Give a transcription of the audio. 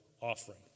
offering